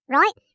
right